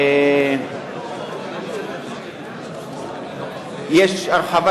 יש הרחבה,